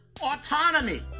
autonomy